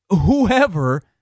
whoever